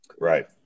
Right